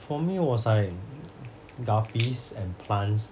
for me was like guppies and plants